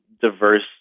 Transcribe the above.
diverse